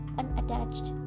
unattached